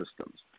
systems